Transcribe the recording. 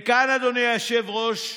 וכאן, אדוני היושב-ראש,